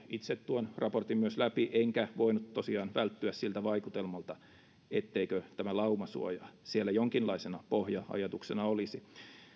itse tuon raportin läpi enkä voinut tosiaan välttyä siltä vaikutelmalta etteikö tämä laumasuoja siellä jonkinlaisena pohja ajatuksena olisi